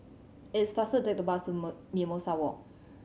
it's faster to take to bus to Mimosa Walk